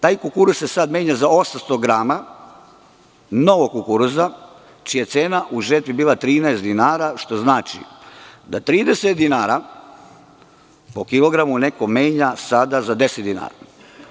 Taj kukuruz se sada menja za 800 grama novog kukuruza čija je cena u žetvi bila 13 dinara, što znači da 30 dinara po kilogramu neko menja za 10 dinara.